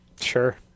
Sure